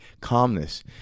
calmness